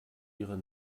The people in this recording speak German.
ihre